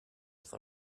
with